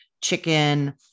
chicken